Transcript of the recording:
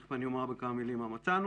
ותכף אני אומר בכמה מילים מה מצאנו.